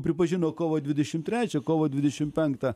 pripažino kovo dvidešim trečią kovo dvidešim penktą